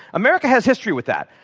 america has history with that.